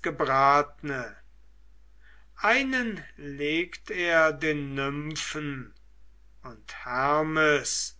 gebratne einen legt er den nymphen und hermes